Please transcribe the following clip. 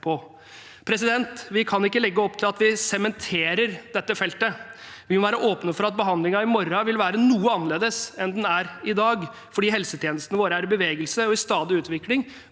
levere på. Vi kan ikke legge opp til at vi sementerer dette feltet. Vi må være åpne for at behandlingen i morgen vil være noe annerledes enn den er i dag, for helsetjenestene våre er i bevegelse og i stadig utvikling